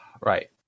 Right